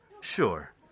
Sure